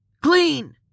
clean